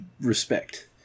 respect